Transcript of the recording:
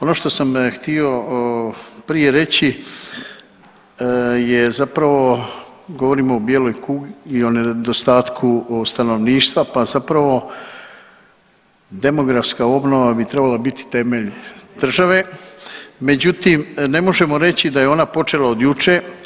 Ono što sam htio prije reći je zapravo govorimo o bijeloj kugi i o nedostatku stanovništva, pa zapravo demografska obnova bi trebala biti temelj države, međutim ne možemo reći da je ona počela od jučer.